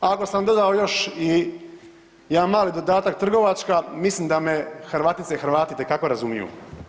Ako sam dodao još i jedan mali dodatak trgovačka mislim da me Hrvatice i Hrvati itekako razumiju.